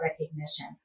recognition